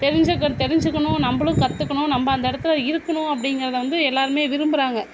தெரிஞ்சுக்க தெரிஞ்சுக்கணும் நம்மளும் கற்றுக்கணும் நம்ம அந்த இடத்துல இருக்கணும் அப்படிங்கிறத வந்து எல்லாேருமே விரும்புகிறாங்க